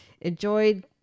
enjoyed